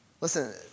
Listen